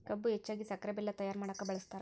ಕಬ್ಬು ಹೆಚ್ಚಾಗಿ ಸಕ್ರೆ ಬೆಲ್ಲ ತಯ್ಯಾರ ಮಾಡಕ ಬಳ್ಸತಾರ